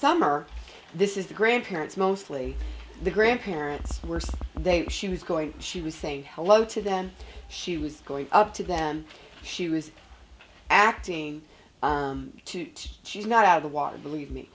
summer this is the grandparents mostly the grandparents were they she was going she was saying hello to them she was going up to them she was acting too she's not out of the water believe me